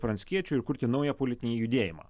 pranckiečiu ir kurti naują politinį judėjimą